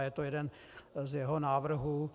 Je to jeden z jeho návrhů.